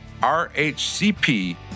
RHCP